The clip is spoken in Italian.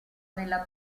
nella